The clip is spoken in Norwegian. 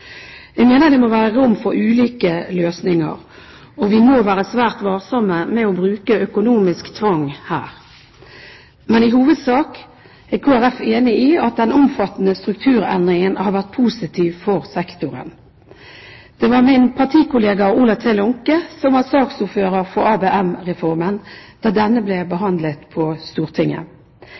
Jeg mener det må være rom for ulike løsninger, og vi må være svært varsomme med å bruke økonomisk tvang her. Men i hovedsak er Kristelig Folkeparti enig i at den omfattende strukturendringen har vært positiv for sektoren. Det var min partikollega Ola T. Lånke som var saksordfører for ABM-reformen da denne ble behandlet på Stortinget.